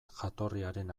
jatorriaren